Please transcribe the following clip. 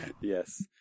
Yes